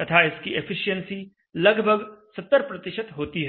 तथा इसकी एफिशिएंसी लगभग 70 होती है